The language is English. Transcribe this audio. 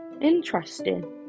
Interesting